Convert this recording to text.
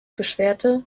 beschwerte